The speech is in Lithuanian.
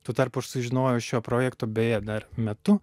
tuo tarpu aš sužinojau šio projekto beje dar metu